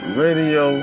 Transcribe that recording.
radio